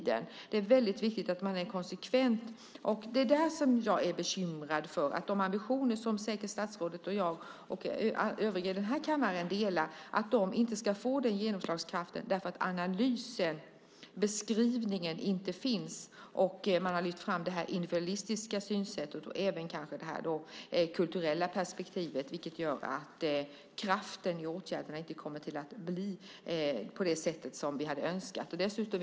Det är väldigt viktigt att man är konsekvent. Jag är bekymrad över att de ambitioner som både statsrådet, jag och övriga i den här kammaren delar inte ska få genomslagskraft eftersom analysen och beskrivningen inte finns. Man har lyft fram det individualistiska synsättet och kanske också det kulturella perspektivet, vilket gör att kraften i åtgärderna inte blir som vi hade önskat.